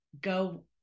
go